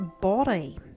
body